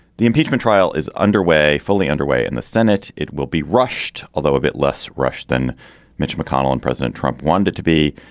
the impeachment trial is underway, fully underway in the senate. it will be rushed, although a bit less rushed than mitch mcconnell and president trump wanted to be.